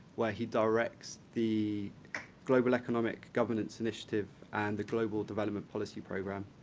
where he directs the global economic governance initiative and the global development policy program.